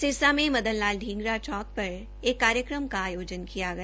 सिरसा में मदन लाल श्रींगरा चौक पर एक कार्यक्रम का आयो न किया गया